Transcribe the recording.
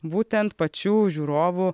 būtent pačių žiūrovų